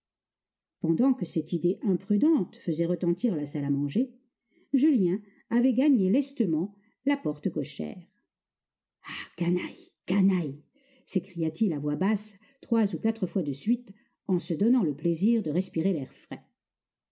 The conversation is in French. pendant que cette idée imprudente faisait retentir la salle à manger julien avait gagné lestement la porte cochère ah canaille canaille s'écria-t-il à voix basse trois ou quatre fois de suite en se donnant le plaisir de respirer l'air frais